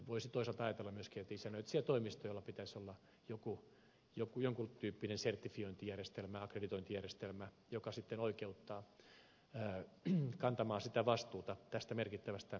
voisi toisaalta myös ajatella että isännöitsijätoimistoilla pitäisi olla jonkun tyyppinen sertifiointijärjestelmä akkreditointijärjestelmä joka sitten oikeuttaa kantamaan sitä vastuuta tästä merkittävästä varallisuudesta